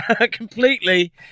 completely